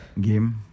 game